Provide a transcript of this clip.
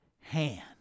hand